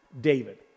David